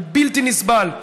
זה בלתי נסבל.